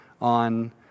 on